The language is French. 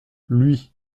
lui